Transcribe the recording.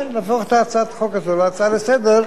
כן, להפוך את הצעת החוק הזאת להצעה לסדר-היום.